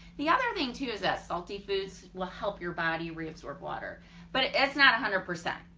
the other thing too is that salty foods will help your body reabsorb water but it's not a hundred percent.